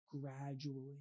gradually